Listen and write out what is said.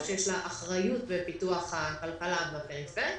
שיש לה אחריות לפיתוח הכלכלה בפריפריה.